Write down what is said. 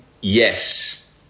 yes